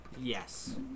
Yes